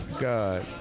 God